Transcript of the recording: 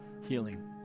healing